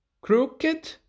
crooked